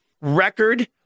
record